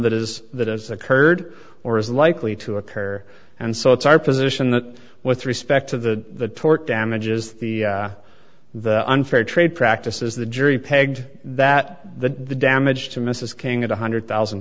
that is that has occurred or is likely to occur and so it's our position that with respect to the tort damages the the unfair trade practices the jury pegged that the damage to mrs king is one hundred thousand